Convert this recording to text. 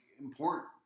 important